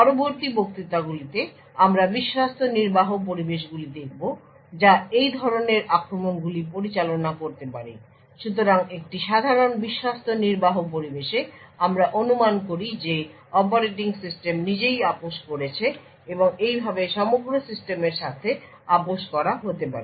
পরবর্তী বক্তৃতাগুলিতে আমরা বিশ্বস্ত নির্বাহ পরিবেশগুলি দেখব যা এই ধরণের আক্রমণগুলি পরিচালনা করতে পারে। সুতরাং একটি সাধারণ বিশ্বস্ত নির্বাহ পরিবেশে আমরা অনুমান করি যে অপারেটিং সিস্টেম নিজেই আপস করেছে এবং এইভাবে সমগ্র সিস্টেমের সাথে আপস করা হতে পারে